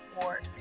award